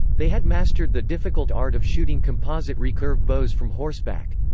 they had mastered the difficult art of shooting composite recurve bows from horseback.